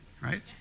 right